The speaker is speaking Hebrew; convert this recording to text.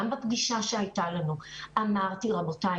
בפגישה שהייתה לנו אמרתי: רבותיי,